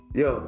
yo